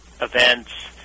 events